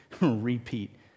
repeat